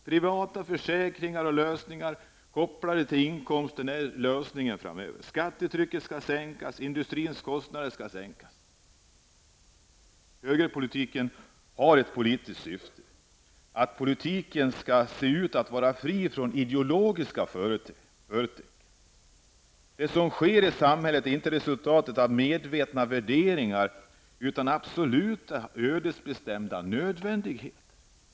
Privata försäkringar och lösningar kopplade till inkomster är lösningen framöver. Skattetrycket skall minskas samtidigt som industrins kostnader skall sänkas. Högerpolitiken har ett politiskt syfte, nämligen att förefalla vara fri från ideologiska förtecken. Det som sker i samhället är inte resultatet av medvetna värderingar utan av absolut ödesbestämda nödvändigheter.